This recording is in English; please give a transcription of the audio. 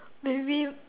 by the way